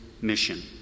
mission